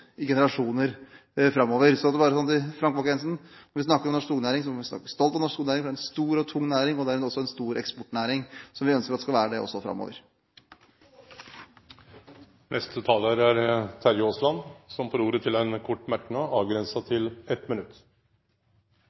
i generasjonene framover. Så vil jeg si til Frank Bakke-Jensen: Når vi snakker om norsk skognæring, må vi snakke stolt om norsk skognæring, for det er en stor og tung næring, og det er også en stor eksportnæring, noe vi også ønsker at den skal være framover. Representanten Terje Aasland har hatt ordet to gonger tidlegare og får ordet til ein kort merknad, avgrensa til 1 minutt.